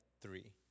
three